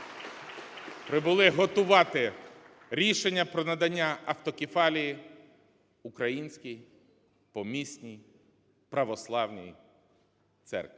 Прибули готувати рішення про надання автокефалії Українській помісній православній церкві.